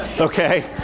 okay